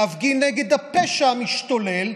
להפגין נגד הפשע המשתולל.